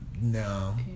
no